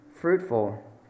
fruitful